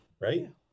right